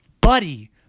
Buddy